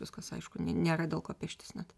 viskas aišku nėra dėl ko peštis net